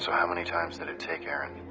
so how many times did it take aaron.